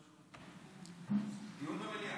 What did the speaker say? דיון במליאה.